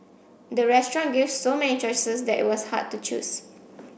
the restaurant gave so many choices that it was hard to choose